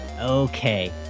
Okay